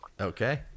Okay